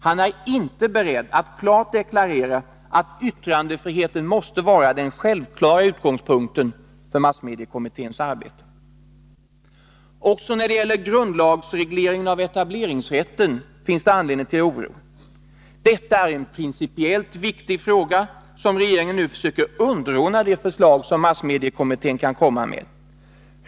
Han är inte beredd att klart deklarera att yttrandefriheten måste vara den självklara utgångspunkten för massmediekommitténs arbete. Också när det gäller grundlagsregleringen av etableringsrätten finns det anledning till oro. Detta är en principiellt viktig fråga, som regeringen nu försöker underordna de förslag som massmediekommittén kan komma med.